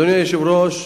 אדוני היושב-ראש,